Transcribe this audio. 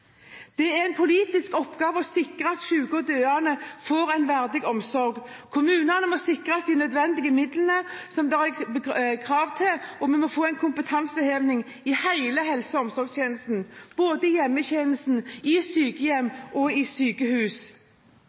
Det er en politisk oppgave å sikre at syke og døende får en verdig omsorg. Kommunene må sikres de nødvendige midlene, og vi må få en kompetanseheving i hele helse- og omsorgstjenesten – både i hjemmetjenesten, i sykehjem og i sykehus.